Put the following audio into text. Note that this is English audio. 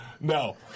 No